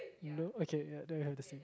you know okay ya there you have the sea